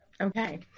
Okay